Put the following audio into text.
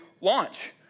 launch